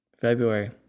February